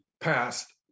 passed